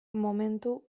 momentu